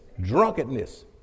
drunkenness